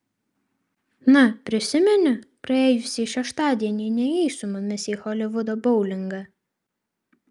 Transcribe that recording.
na prisimeni praėjusį šeštadienį nėjai su mumis į holivudo boulingą